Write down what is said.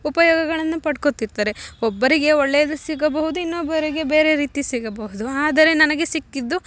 ಉಪಯೋಗಗಳನ್ನ ಪಡ್ಕೊತಿರ್ತಾರೆ ಒಬ್ಬರಿಗೆ ಒಳ್ಳೆಯದು ಸಿಗಬಹುದು ಇನ್ನೊಬ್ಬರಿಗೆ ಬೇರೆ ರೀತಿ ಸಿಗಬಹುದು ಆದರೆ ನನಗೆ ಸಿಕ್ಕಿದ್ದು